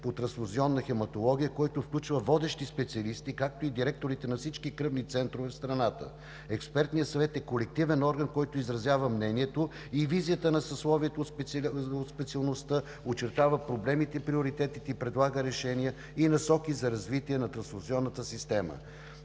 по трансфузионна хематология, който включва водещи специалисти, както и директорите на всички кръвни центрове в страната. Експертният съвет е колективен орган, който изразява мнението и визията на съсловието от специалността, очертава проблемите и приоритетите и предлага решения и насоки за развитие на трансфузионната система.